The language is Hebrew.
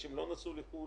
אנשים לא נסעו לחו"ל,